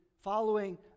following